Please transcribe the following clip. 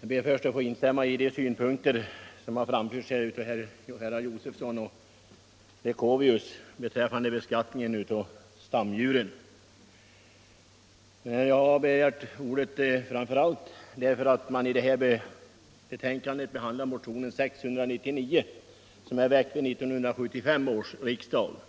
Jag ber först att få instämma i de synpunkter som framförts av herrar Josefson och Leuchovius beträffande beskattningen av stamdjuren. Jag har begärt ordet framför allt därför att utskottet i det här betänkandet behandlar motionen 699, som väcktes till 1975/76 års riksmöte.